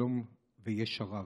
שלום וישע רב.